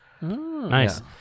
Nice